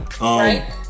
Right